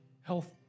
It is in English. health